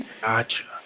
Gotcha